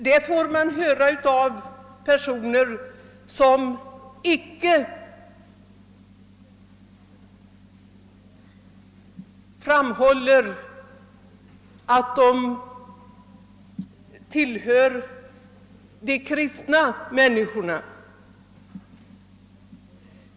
Detta får man höra av personer som icke poängterar att de omfattar en kristen livsåskådning.